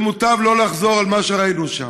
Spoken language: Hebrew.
מוטב לא לחזור על מה שראינו שם.